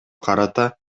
карата